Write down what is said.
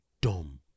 dumb